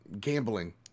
gambling